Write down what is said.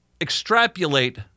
extrapolate